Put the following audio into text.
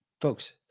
Folks